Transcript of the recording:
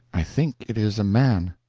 i think it is a man.